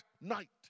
night